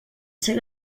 ser